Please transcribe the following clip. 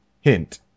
Hint